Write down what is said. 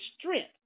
strength